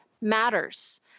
matters